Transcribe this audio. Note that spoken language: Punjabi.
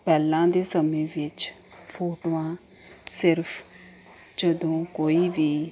ਪਹਿਲਾਂ ਦੇ ਸਮੇਂ ਵਿੱਚ ਫੋਟੋਆਂ ਸਿਰਫ਼ ਜਦੋਂ ਕੋਈ ਵੀ